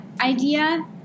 idea